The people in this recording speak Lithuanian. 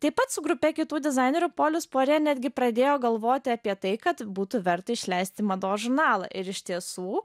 taip pat su grupe kitų dizainerių polis puare netgi pradėjo galvoti apie tai kad būtų verta išleisti mados žurnalą ir iš tiesų